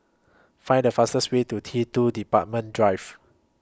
Find The fastest Way to T two Departure Drive